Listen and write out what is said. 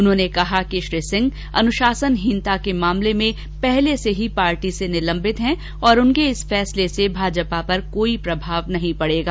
उन्होंने कहा कि श्री सिंह अनुशासनहीनता के मामले में पहले से पार्टी से निलंबित है और उनके इस फैसले से भाजपा पर कोई प्रभाव नहीं पड़ेगा